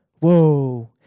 Whoa